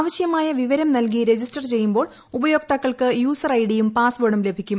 ആവശ്യമായ വിവരം നൽകി രജിസ്റ്റർ ചെയ്യുമ്പോൾ ഉപയോക്താക്കൾക്ക് യൂസർ ഐഡിയും പാസ്വേഡും ലഭിക്കും